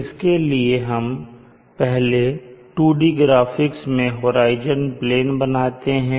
इसके लिए हम पहले 2D ग्राफिक्स में होराइजन प्लेन बनाते हैं